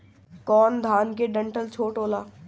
कौन धान के डंठल छोटा होला?